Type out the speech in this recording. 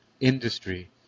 Industry